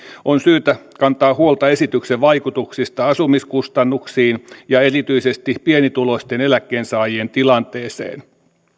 on syytä kantaa huolta esityksen vaikutuksista asumiskustannuksiin ja erityisesti pienituloisten eläkkeensaajien tilanteeseen